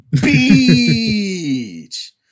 Beach